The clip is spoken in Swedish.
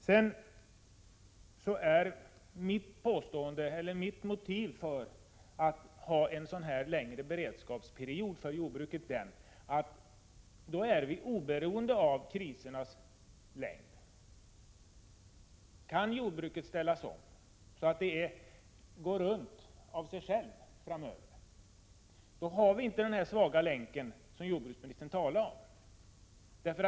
Att jag anser att vi skall ha en litet längre beredskapsperiod för jordbruket beror på att vi då skulle bli oberoende av krisernas längd. Kan jordbruket ställas om, så att det framöver ”går runt”, har vi inte längre den svaga länk som jordbruksministern talar om.